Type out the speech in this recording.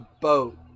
boat